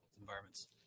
environments